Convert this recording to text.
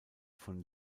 von